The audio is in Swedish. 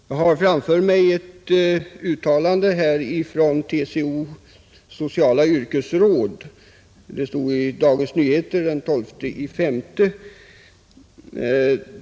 Jag har i min hand ett uttalande från TCO:s sociala yrkesråd, som återgavs i Dagens Nyheter den 12 maj.